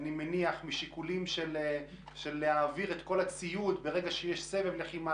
אני מניח בגלל קושי להעביר את כל הציוד ברגע שיש סבב לחימה,